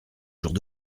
jours